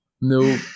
no